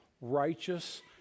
righteous